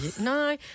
No